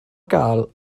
gael